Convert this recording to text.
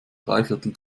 dreiviertel